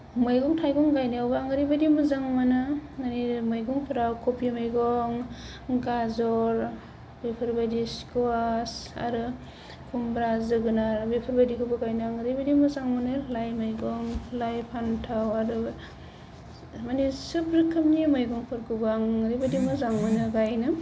मैगं थाइगं गायनायावबो आं ओरैबायदि मोजां मोनो माने मैगंफोराव खफि मैगं गाजर बेफोरबायदि स्कवास आरो खुम्ब्रा जोगोनार बेफोरबायदिखौबो गायनो ओरैबायदि मोजां मोनो लाइ मैगं लाइ फान्थाव आरो माने सोब रोखोमनि मैगंफोरखौबो आं ओरैबायदि मोजां मोनो गायनो